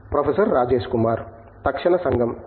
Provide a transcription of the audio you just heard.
professor Rajesh Kumar తక్షణ సంఘం